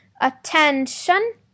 Attention